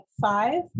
five